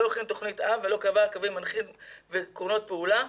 לא הכין תוכנית אב ולא קבע קווים מנחים ועקרונות פעולה.